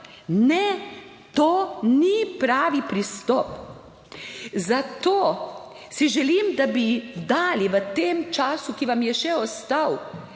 Ne, to ni pravi pristop. Zato si želim, da bi dali v tem času, ki vam je še ostal,